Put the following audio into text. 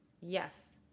Yes